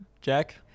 Jack